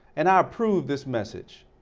and i approve this message.